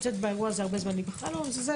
את נמצאת באירוע הזה הרבה זמן אני בכלל לא מזלזלת.